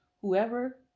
whoever